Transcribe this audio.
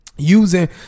using